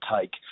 take